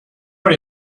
are